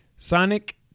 Sonic